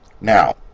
Now